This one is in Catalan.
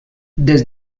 des